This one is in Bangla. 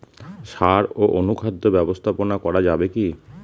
সাড় ও অনুখাদ্য ব্যবস্থাপনা করা যাবে কি?